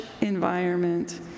environment